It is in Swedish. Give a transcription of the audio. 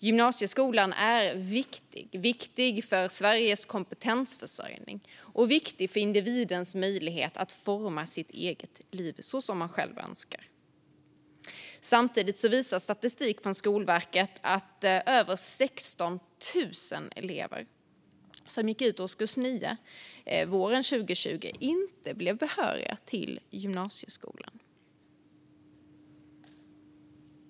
Gymnasieskolan är viktig för Sveriges kompetensförsörjning och för individens möjlighet att forma sitt liv så som man själv önskar. Samtidigt visar statistik från Skolverket att över 16 000 elever som gick ut årskurs 9 våren 2020 inte blev behöriga till gymnasieskolan.